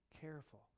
careful